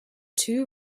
two